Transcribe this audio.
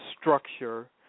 structure